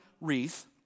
wreath